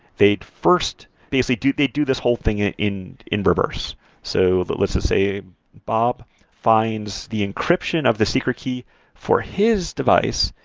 they first basically, they do this whole thing and in in reverse so let's just say bob finds the encryption of the secret key for his device,